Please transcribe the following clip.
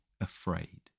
afraid